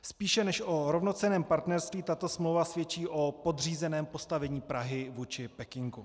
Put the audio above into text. Spíše než o rovnocenném partnerství tato smlouva svědčí o podřízeném postavení Prahy vůči Pekingu.